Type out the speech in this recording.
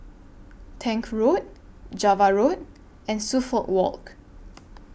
Tank Road Java Road and Suffolk Walk